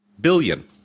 billion